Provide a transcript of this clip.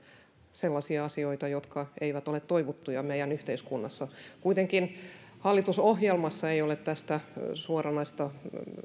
sellaisia asioita jotka eivät ole toivottuja meidän yhteiskunnassamme kuitenkaan hallitusohjelmassa ei ole tästä suoranaista